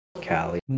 Cali